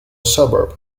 suburb